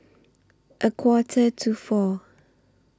A Quarter to four